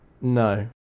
No